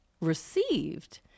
received